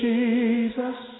Jesus